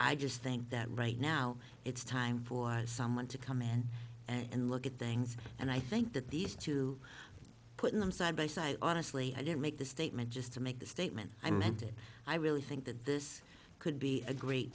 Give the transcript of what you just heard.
i just think that right now it's time for someone to come in and look at things and i think that these two put them side by side honestly i didn't make the statement just to make the statement i meant it i really think that this could be a great